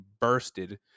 bursted